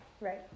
Right